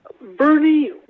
Bernie